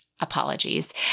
apologies